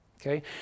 Okay